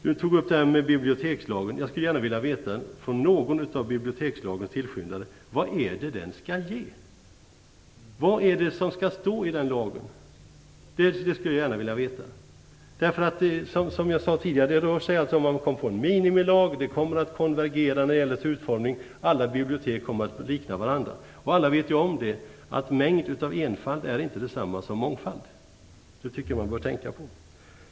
Charlotta Bjälkebring tog upp bibliotekslagen. Jag skulle gärna vilja veta från någon av bibliotekslagens tillskyndare vad det är som den skall ge. Vad skall stå i den lagen? Det skulle jag gärna vilja veta. Som jag sade tidigare kommer det att röra sig om en minimilag som kommer att leda till en konvergering: Alla bibliotek kommer att likna varandra. Alla vet att mängd av enfald inte är detsamma som mångfald. Det tycker jag man bör tänka på.